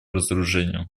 разоружению